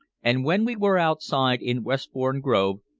and when we were outside in westbourne grove,